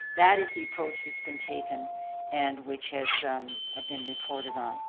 that is the approach that's been taken and which has been reported on.